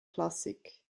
klassik